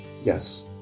yes